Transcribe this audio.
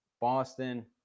Boston